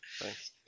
Thanks